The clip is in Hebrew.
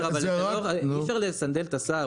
אי אפשר לסנדל את השר,